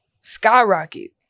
skyrocket